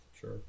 Sure